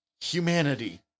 Humanity